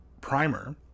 primer